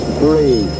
three